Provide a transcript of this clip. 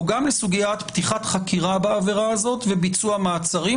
או גם לסוגיית פתיחת חקירה וביצוע מעצרים.